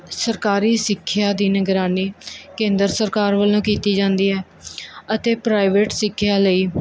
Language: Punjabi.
ਸਰਕਾਰੀ ਸਿੱਖਿਆ ਦੀ ਨਿਗਰਾਨੀ ਕੇਂਦਰ ਸਰਕਾਰ ਵੱਲੋਂ ਕੀਤੀ ਜਾਂਦੀ ਹੈ ਅਤੇ ਪ੍ਰਾਈਵੇਟ ਸਿੱਖਿਆ ਲਈ